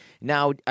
Now